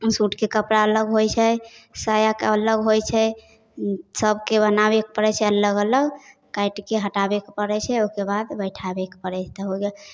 सूटके कपड़ा अलग होइ छै सायाके अलग होइ छै सबके बनाबऽ पड़ै छै अलग अलग काटिके हटाबऽके पड़ै छै ओहिके बाद बैठाबैके पड़ै हेतै हो गेल